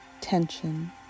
tension